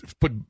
put